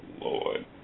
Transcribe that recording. Lord